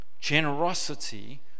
Generosity